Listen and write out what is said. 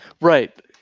Right